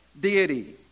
deity